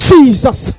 Jesus